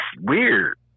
weird